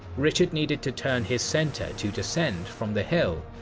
richard needed to turn his center to descend from the hill,